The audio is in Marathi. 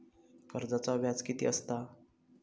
कर्जाचा व्याज कीती असता?